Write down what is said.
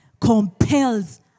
Compels